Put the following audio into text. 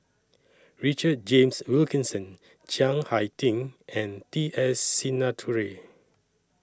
Richard James Wilkinson Chiang Hai Ding and T S Sinnathuray